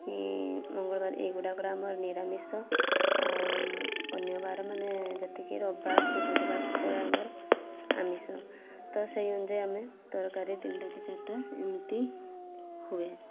କି ମଙ୍ଗଳବାର ଏଇ ଗୁଡ଼ାକରେ ଆମର ନିରାମିଷ ଆଉ ଅନ୍ୟ ବାର ମାନେ ଯେତିକି ରବିବାର କି ବୁଧବାର ଶୁକ୍ରବାର ଆମର ଆମିଷ ତ ସେଇ ଅନୁଯାୟୀ ଆମେ ତରକାରୀ ତିନିଟା କି ଚାରିଟା ଏମିତି ହୁଏ